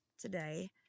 today